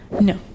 No